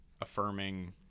affirming